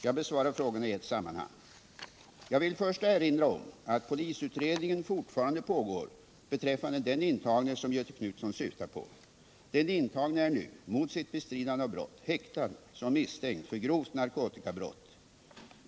Jag besvarar frågorna i ett sammanhang. Jag vill först erinra om att polisutredningen fortfarande pågår beträffande den intagne som Göthe Knutson syftar på. Den intagne är nu, mot sitt bestridande av brott, häktad som misstänkt för grovt narkotikabrott.